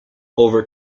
over